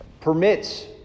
permits